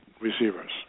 receivers